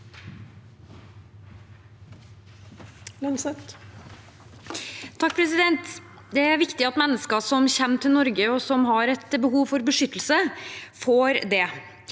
(H) Det er viktig at mennesker som kommer til Norge, og som har behov for beskyttelse, får det.